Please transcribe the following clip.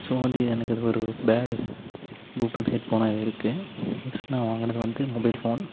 so வந்து எனக்கு அது ஒரு பேடு ப்ளூடூத் ஹெட்ஃபோனாகவே இருக்குது நெக்ஸ்ட் நான் வாங்கினது வந்து மொபைல் ஃபோன்